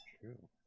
True